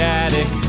attic